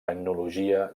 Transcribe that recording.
tecnologia